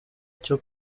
cyo